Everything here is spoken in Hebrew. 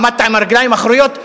עמדת על הרגליים האחוריות.